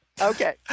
Okay